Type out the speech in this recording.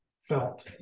felt